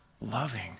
loving